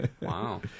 wow